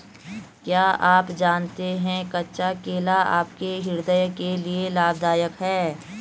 क्या आप जानते है कच्चा केला आपके हृदय के लिए लाभदायक है?